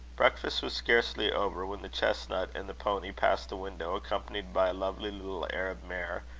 breakfast was scarcely over, when the chestnut and the pony passed the window, accompanied by a lovely little arab mare,